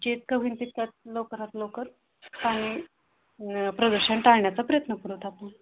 जितकं होईल तितकं लवकर आणि लवकर पाणी प्रदूषण टाळण्याचा प्रयत्न करत आहोत आपण